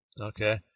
Okay